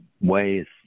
ways